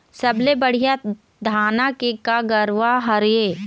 सबले बढ़िया धाना के का गरवा हर ये?